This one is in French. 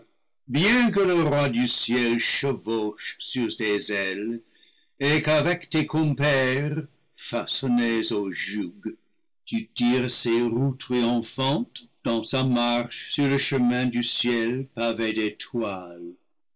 bien que le roi du ciel che vauche sur tes ailes et qu'avec tes compères façonnés au joug tu tires ses roues triomphantes dans sa marche sur le chemin du ciel pavé d'étoiles